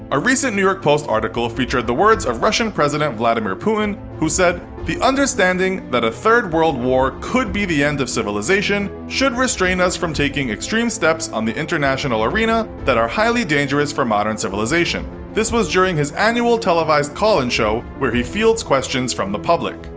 a recent new york post article featured the words of russian president, vladimir putin, who said the understanding that a third world war could be the end of civilization should restrain us from taking extreme steps on the international arena that are highly dangerous for modern civilization. this was during his annual televised call-in show where he fields questions from the public.